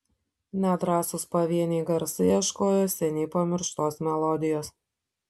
nedrąsūs pavieniai garsai ieškojo seniai pamirštos melodijos